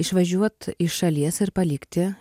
išvažiuot iš šalies ir palikti